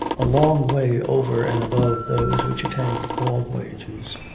a long way over and above those which attend all voyages.